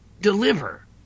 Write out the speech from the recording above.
deliver